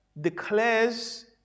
declares